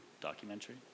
documentary